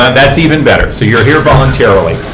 that is even better. so you are here voluntarily.